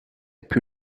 più